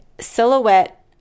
silhouette